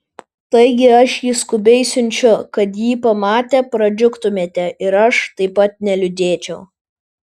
taigi aš jį skubiai siunčiu kad jį pamatę pradžiugtumėte ir aš taip pat neliūdėčiau